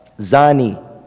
zani